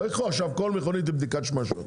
לא ייקחו עכשיו כל מכונית לבדיקת שמשות.